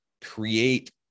create